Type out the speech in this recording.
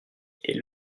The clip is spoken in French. est